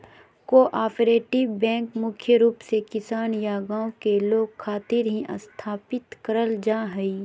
cooperative bank मुख्य रूप से किसान या गांव के लोग खातिर ही स्थापित करल जा हय